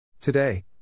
Today